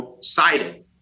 cited